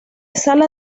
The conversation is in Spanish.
sala